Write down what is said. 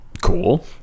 cool